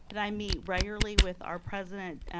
but i meet regularly with our president,